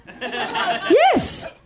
yes